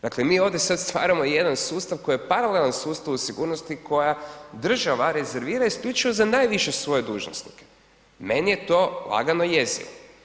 Dakle mi ovdje sad stvaramo jedan sustav koji je paralelan sustav u sigurnosti koja država rezervira isključivo za najviše svoje dužnosnike, meni je to lagano jezivo.